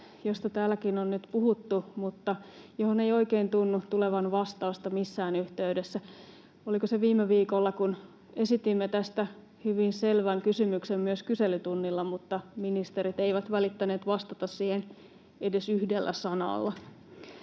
josta täälläkin on nyt puhuttu mutta johon ei oikein tunnu tulevan vastausta missään yhteydessä: oliko se viime viikolla, kun esitimme tästä hyvin selvän kysymyksen myös kyselytunnilla, mutta ministerit eivät välittäneet vastata siihen edes yhdellä sanalla.